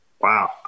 Wow